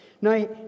Now